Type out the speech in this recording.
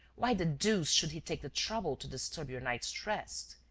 why the deuce should he take the trouble to disturb your night's rest?